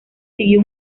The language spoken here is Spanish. siguió